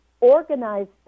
organized